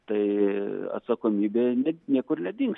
tai atsakomybė ne niekur nedings